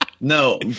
No